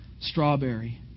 strawberry